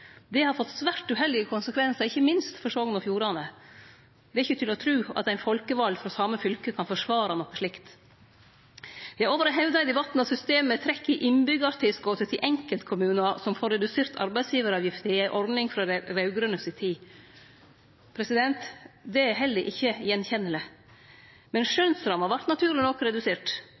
Det har fått svært uheldige konsekvensar, ikkje minst for Sogn og Fjordane. Det er ikkje til å tru at ein folkevald frå same fylket kan forsvare noko slikt. Det er òg hevda i debatten at systemet som trekkjer innbyggjartilskottet til enkeltkommunar som får redusert arbeidsgivaravgift, er ei ordning frå dei raud-grøne si tid. Det er heller ikkje til å kjenne att. Men skjønnsramma vart naturleg nok redusert.